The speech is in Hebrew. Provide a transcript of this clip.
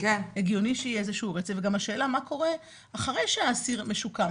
הגיוני שיהיה איזה שהוא רצף גם אחרי שהאסיר משוקם.